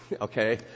okay